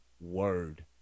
word